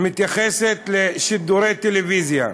מתייחסת לשידורי טלוויזיה.